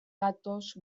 gatoz